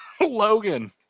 Logan